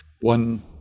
One